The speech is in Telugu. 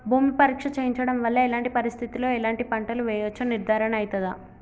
భూమి పరీక్ష చేయించడం వల్ల ఎలాంటి పరిస్థితిలో ఎలాంటి పంటలు వేయచ్చో నిర్ధారణ అయితదా?